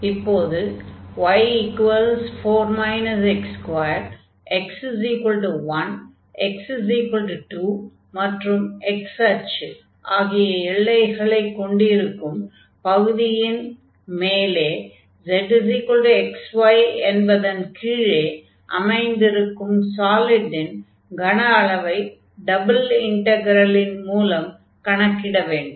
ஆகவே இப்போது y4 x2x1x2 மற்றும் x அச்சு ஆகிய எல்லைகளைக் கொண்டிருக்கும் பகுதியின் மேலே zxy என்பதன் கீழே அமைந்திருக்கும் சாலிடின் கன அளவை டபுள் இன்டக்ரலின் மூலம் கணக்கிட வேண்டும்